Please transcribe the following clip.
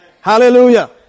Hallelujah